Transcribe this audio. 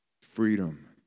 Freedom